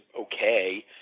Okay